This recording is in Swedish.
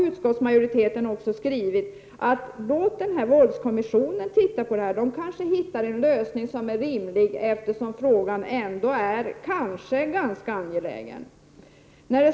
Utskottsmajoriteten skriver att våldskommissionen får se över frågan. Den kanske hittar en rimlig lösning, eftersom frågan ändå är ganska angelägen.